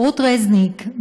רות רזניק,